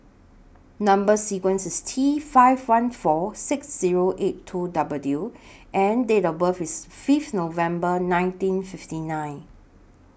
Number sequence IS T five one four six Zero eight two W and Date of birth IS Fifth November nineteen fifty nine